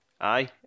Aye